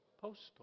Postal